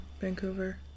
Vancouver